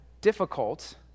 difficult